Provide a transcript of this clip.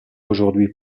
aujourd’hui